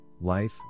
life